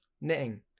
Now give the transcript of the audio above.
Knitting